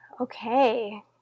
okay